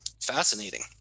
fascinating